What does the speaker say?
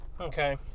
Okay